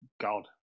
God